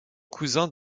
cousin